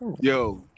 Yo